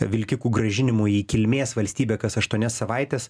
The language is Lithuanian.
vilkikų grąžinimu į kilmės valstybę kas aštuonias savaites